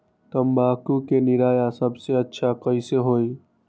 तम्बाकू के निरैया सबसे अच्छा कई से होई?